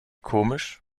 komisch